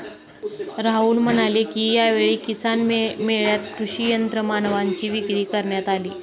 राहुल म्हणाले की, यावेळी किसान मेळ्यात कृषी यंत्रमानवांची विक्री करण्यात आली